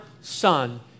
Son